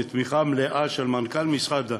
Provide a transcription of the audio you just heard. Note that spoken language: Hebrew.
בתמיכה מלאה של מנכ"ל משרד הבריאות,